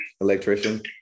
electrician